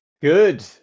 Good